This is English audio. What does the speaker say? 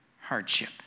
hardship